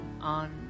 on